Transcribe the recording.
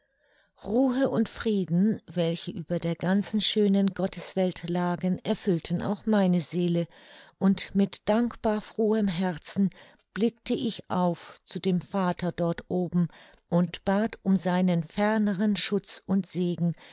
ruhe und frieden welche über der ganzen schönen gotteswelt lagen erfüllten auch meine seele und mit dankbar frohem herzen blickte ich auf zu dem vater dort oben und bat um seinen ferneren schutz und segen